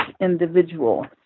individual